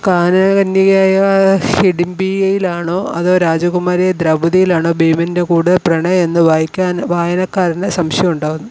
കാനന കന്യകയായ ഹെഡിംബിയയിലാണോ അതോ രാജകുമാരിയായ ദ്രൗപതിയിലാണോ ഭീമൻ്റെ കൂടുതൽ പ്രണയം എന്ന് വായിക്കാൻ വായനക്കാരന് സംശയം ഉണ്ടാകുന്നു